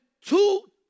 two